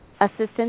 assistance